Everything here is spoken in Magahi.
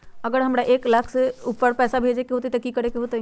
अगर हमरा एक लाख से ऊपर पैसा भेजे के होतई त की करेके होतय?